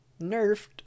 nerfed